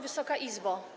Wysoka Izbo!